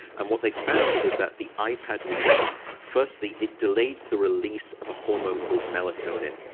and what they found was that the ipad reading firstly, it delayed the release of a hormone called melatonin.